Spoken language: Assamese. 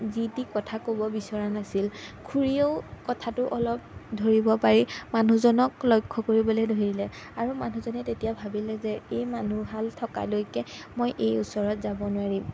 যি টি কথা ক'ব বিচৰা নাছিল খুৰীয়েও কথাটো অলপ ধৰিব পাৰি মানুহজনক লক্ষ্য কৰিবলৈ ধৰিলে আৰু মানুহজনে তেতিয়া ভাবিলে যে এই মানুহহাল থকালৈকে মই এইৰ ওচৰত যাব নোৱাৰিম